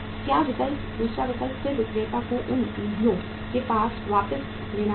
क्या विकल्प दूसरा विकल्प फिर विक्रेता को उन निधियों को वापस लेना होगा